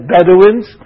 Bedouins